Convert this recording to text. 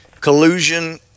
collusion